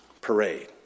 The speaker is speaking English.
parade